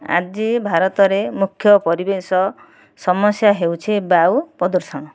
ଆଜି ଭାରତରେ ମୁଖ୍ୟ ପରିବେଶ ସମସ୍ୟା ହେଉଛି ବାୟୁ ପ୍ରଦୂଷଣ